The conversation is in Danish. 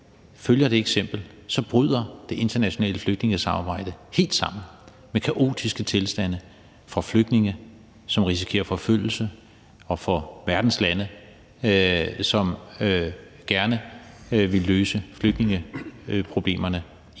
følger det eksempel, bryder det internationale flygtningesamarbejde helt sammen, og det vil give kaotiske tilstande for flygtninge, som risikerer forfølgelse, og for verdens lande, som gerne vil løse flygtningeproblemerne i fællesskab.